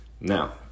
Now